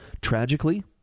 Tragically